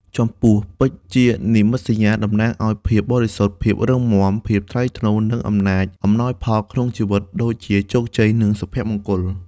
ចំពោះ ពេជ្រ ជានិមិត្តសញ្ញាតំណាងឲ្យភាពបរិសុទ្ធ ភាពរឹងមាំ ភាពថ្លៃថ្នូរ និងអំណាច អំណោយផលក្នុងជីវិត ដូចជាជោគជ័យ និងសុភមង្គល។